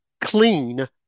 clean